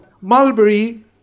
mulberry